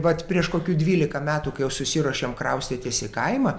vat prieš kokiu dvylika metų kai jsu susiruošėm kraustytis į kaimą